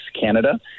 Canada